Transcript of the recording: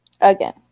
Again